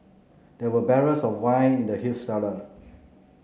there were barrels of wine in the huge cellar